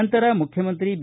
ನಂತರ ಮುಖ್ಯಮಂತ್ರಿ ಬಿ